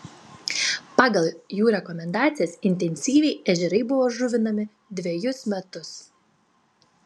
pagal jų rekomendacijas intensyviai ežerai buvo žuvinami dvejus metus